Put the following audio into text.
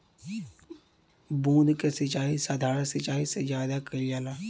बूंद क सिचाई साधारण सिचाई से ज्यादा कईल जाला